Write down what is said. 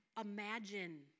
Imagine